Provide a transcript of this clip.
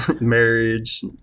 Marriage